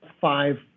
five